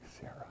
Sarah